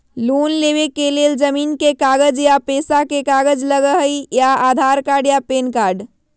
Loan लेवेके लेल जमीन के कागज या पेशा के कागज लगहई या आधार कार्ड या पेन कार्ड?